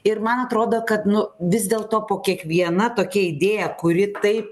ir man atrodo kad nu vis dėlto po kiekviena tokia idėja kuri taip